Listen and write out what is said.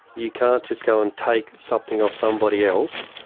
you can't just go and take something off somebody else,